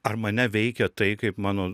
ar mane veikia tai kaip mano